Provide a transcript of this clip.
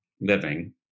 living